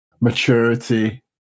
maturity